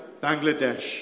Bangladesh